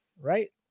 right